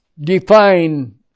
define